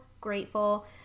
grateful